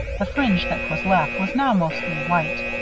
the fringe that was left was now mostly white.